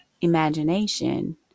imagination